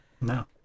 no